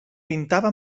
pintava